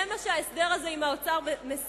זה מה שההסדר הזה עם האוצר משיג,